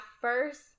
first